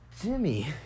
Jimmy